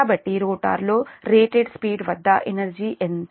కాబట్టి రోటర్లో rated speed వద్ద ఎనర్జీ ఎంత